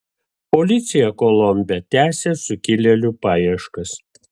policija kolombe tęsia sukilėlių paieškas